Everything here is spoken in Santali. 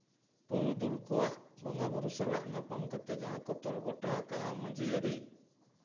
ᱯᱩᱨᱩᱫᱷᱩᱞ ᱠᱚᱣᱟᱜ ᱵᱚᱸᱜᱟ ᱵᱳᱨᱳ ᱥᱟᱞᱟᱜ ᱧᱟᱯᱟᱢ ᱠᱟᱛᱮ ᱡᱟᱦᱟᱸ ᱠᱚ ᱛᱚᱞ ᱜᱚᱴᱟ ᱠᱟᱜᱼᱟ ᱢᱟᱺᱡᱷᱤ ᱟᱹᱨᱤ